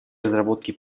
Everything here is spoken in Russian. разработки